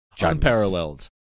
unparalleled